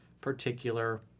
particular